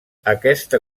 aquesta